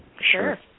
Sure